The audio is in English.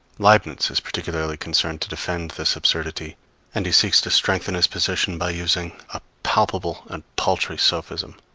leibniz is particularly concerned to defend this absurdity and he seeks to strengthen his position by using a palpable and paltry sophism.